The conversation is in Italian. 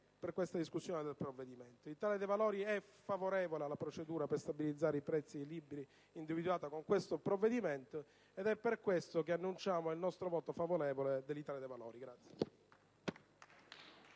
per la discussione del provvedimento. Il Gruppo dell'Italia dei Valori è favorevole alla procedura per stabilizzare i prezzi dei libri individuata con questo provvedimento ed è per questo che annuncio il nostro voto favorevole. *(Applausi dal Gruppo